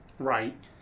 Right